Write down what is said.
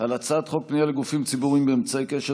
על הצעת חוק פנייה לגופים ציבוריים באמצעי קשר